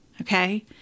Okay